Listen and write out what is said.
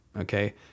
Okay